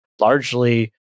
largely